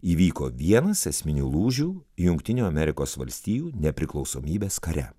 įvyko vienas esminių lūžių jungtinių amerikos valstijų nepriklausomybės kare